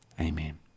Amen